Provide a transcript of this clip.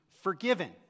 forgiven